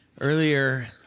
earlier